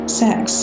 sex